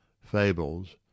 fables